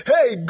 Hey